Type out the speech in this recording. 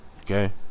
okay